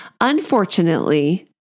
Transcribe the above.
unfortunately